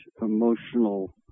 emotional